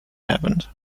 happened